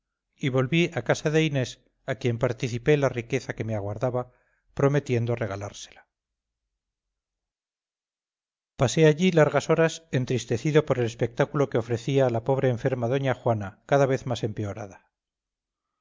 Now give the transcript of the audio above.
y volví a casa de inés a quien participé la riqueza que me aguardaba prometiendo regalársela pasé allí largas horas entristecido por el espectáculo que ofrecía la pobre enferma doña juana cada vez más empeorada